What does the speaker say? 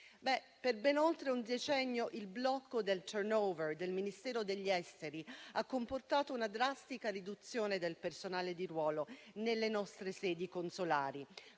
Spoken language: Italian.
Per ben oltre un decennio, il blocco del *turnover* del Ministero degli affari esteri ha comportato una drastica riduzione del personale di ruolo nelle nostre sedi consolari,